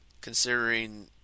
Considering